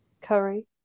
curry